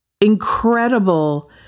incredible